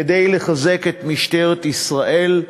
כדי לחזק את משטרת ישראל.